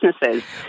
businesses